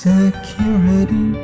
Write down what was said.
Security